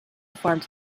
farmed